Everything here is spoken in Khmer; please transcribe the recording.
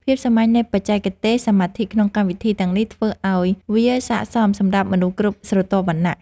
ភាពសាមញ្ញនៃបច្ចេកទេសសមាធិក្នុងកម្មវិធីទាំងនេះធ្វើឱ្យវាស័ក្តិសមសម្រាប់មនុស្សគ្រប់ស្រទាប់វណ្ណៈ។